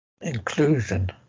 inclusion